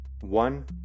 One